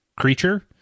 creature